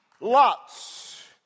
Lot's